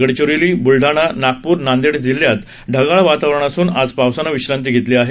गडचिरोली ब्लडाणा नागपूर नांदेड जिल्ह्यात ढगाळ वातावरण असून आज पावसानं विश्रांती घेतली आहे